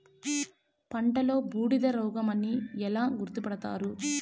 పంటలో బూడిద రోగమని ఎలా గుర్తుపడతారు?